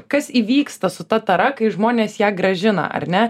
kas įvyksta su ta tara kai žmonės ją grąžina ar ne